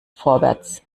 vorwärts